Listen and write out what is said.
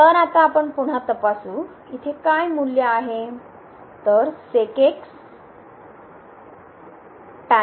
तर आता पुन्हा तपासू तर इथे काय मूल्य आहे